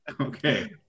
okay